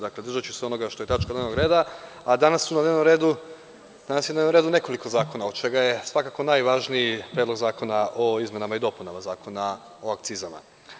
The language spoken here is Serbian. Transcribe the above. Dakle, držaću se onoga što je tačka dnevnog reda, a danas je na dnevnom redu nekoliko zakona, od čega je svakako najvažniji Predlog zakona o izmenama i dopunama Zakona o akcizama.